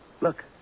Look